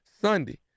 Sunday